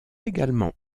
également